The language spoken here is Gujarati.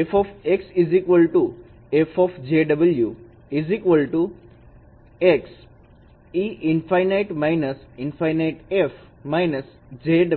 F f fˆjω ∫ e∞−∞f −jωx જ્યાં